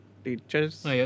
teachers